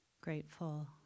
grateful